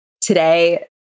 Today